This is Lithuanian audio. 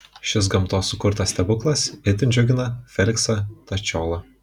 šis gamtos sukurtas stebuklas itin džiugina feliksą dačiolą